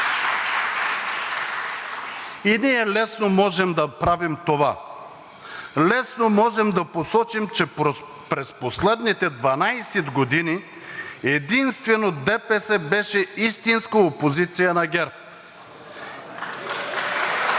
Е, ние лесно можем да правим това – лесно можем да посочим, че през последните 12 години единствено ДПС беше истинска опозиция на ГЕРБ.